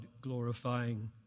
glorifying